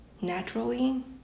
naturally